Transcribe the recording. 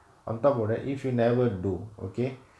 on top of right if you never do okay